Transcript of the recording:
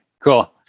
cool